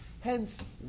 Hence